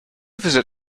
visit